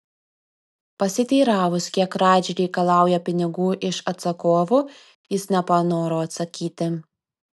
pasiteiravus kiek radži reikalauja pinigų iš atsakovų jis nepanoro atsakyti